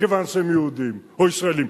מכיוון שהם יהודים או ישראלים,